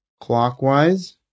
clockwise